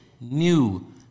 new